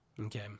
Okay